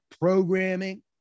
programming